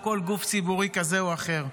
או כל גוף ציבורי כזה או אחר.